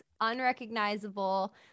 unrecognizable